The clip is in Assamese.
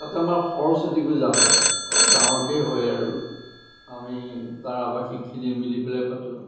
তাত আমাৰ সৰস্বতী পূজা হয় অলপ ডাঙৰকৈয়ে হয় আৰু আমি তাৰ আৱাসীখিনিয়ে মিলি পেলাই পাতোঁ